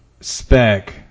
spec